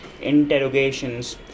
Interrogations